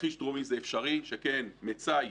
בתרחיש דרומי זה אפשרי, שכן מצאי